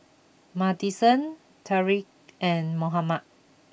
Madisen Tariq and Mohammad